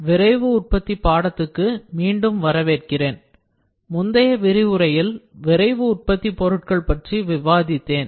விரைவு உற்பத்தி பாடத்துக்கு மீண்டும் வரவேற்கிறேன் முந்தைய விரிவுரையில் விரைவான உற்பத்திப் பொருட்கள் பற்றி விவாதித்தேன்